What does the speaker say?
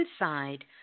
inside